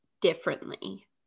differently